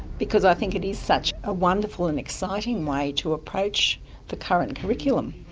because i think it is such a wonderful and exciting way to approach the current curriculum.